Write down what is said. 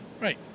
right